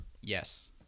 yes